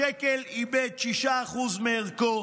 השקל איבד 6% מערכו.